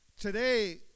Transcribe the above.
Today